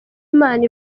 imana